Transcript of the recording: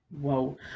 whoa